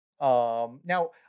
Now